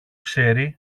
ξέρει